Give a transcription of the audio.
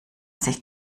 sich